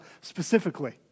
specifically